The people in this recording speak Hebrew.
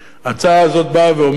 ההצעה הזאת באה ואומרת,